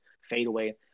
fadeaway